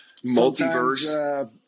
multiverse